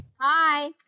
Hi